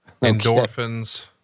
endorphins